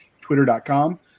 twitter.com